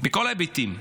בכל ההיבטים.